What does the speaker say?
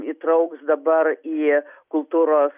įtrauks dabar į kultūros